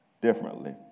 differently